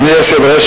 אדוני היושב-ראש,